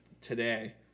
today